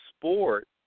sport